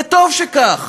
וטוב שכך.